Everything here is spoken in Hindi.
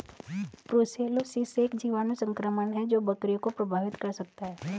ब्रुसेलोसिस एक जीवाणु संक्रमण है जो बकरियों को प्रभावित कर सकता है